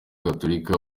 gatolika